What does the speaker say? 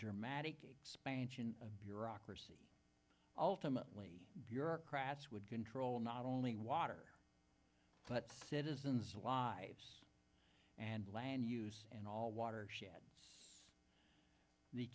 dramatic expansion of bureaucracy ultimately bureaucrats would control not only water but citizens lives and land use and all water